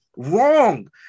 wrong